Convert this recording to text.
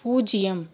பூஜ்ஜியம்